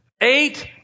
Eight